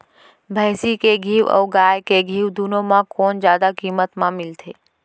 भैंसी के घीव अऊ गाय के घीव दूनो म कोन जादा किम्मत म मिलथे?